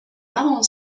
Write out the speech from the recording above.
marrant